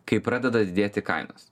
kai pradeda didėti kainos